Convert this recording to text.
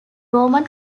roman